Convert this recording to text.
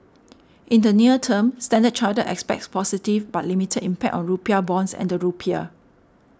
in the near term Standard Chartered expects positive but limited impact on rupiah bonds and the rupiah